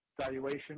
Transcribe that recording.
valuation